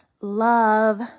love